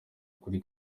kuri